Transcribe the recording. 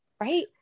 Right